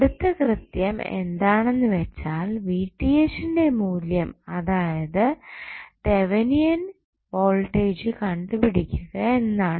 അടുത്ത കൃത്യം എന്താണെന്ന് വെച്ചാൽ ന്റെ മൂല്യം അതായത് തെവനിയൻ വോൾട്ടേജ് കണ്ടുപിടിക്കുക എന്നാണ്